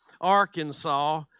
Arkansas